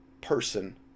person